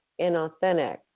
inauthentic